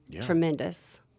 tremendous